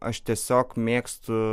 aš tiesiog mėgstu